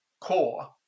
core